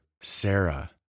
Sarah